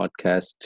podcast